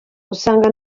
usanga